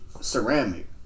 Ceramic